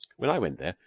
when i went there,